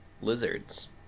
lizards